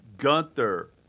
Gunther